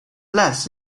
less